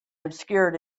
obscured